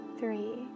three